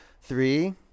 Three